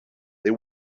they